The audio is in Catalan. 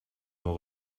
meu